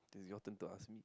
it's your turn to ask me